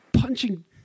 punching